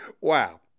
Wow